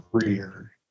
career